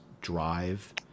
Drive